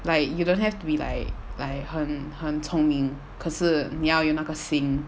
like you don't have to be like 很很聪明可是你要有那个心